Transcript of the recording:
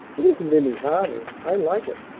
it isn't any harder. i like it.